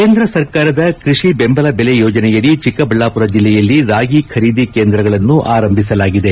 ಕೇಂದ್ರ ಸರ್ಕಾರದ ಕೃಷಿ ಬೆಂಬಲ ಬೆಲೆ ಯೋಜನೆಯಡಿ ಚಿಕ್ಕಬಳ್ಳಾಪುರ ಜಿಲ್ಲೆಯಲ್ಲಿ ರಾಗಿ ಖರೀದಿ ಕೇಂದ್ರಗಳನ್ನು ಆರಂಭಿಸಲಾಗಿದೆ